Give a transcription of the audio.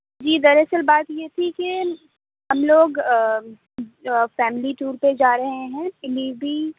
جی در اصل بات یہ تھی کہ ہم لوگ فیملی ٹور پہ جا رہے ہیں اس لیے بھی